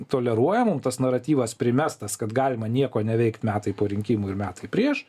toleruojam tas naratyvas primestas kad galima nieko neveikt metai po rinkimų ir metai prieš